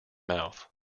mouth